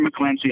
McClancy